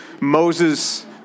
Moses